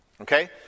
Okay